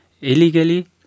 illegally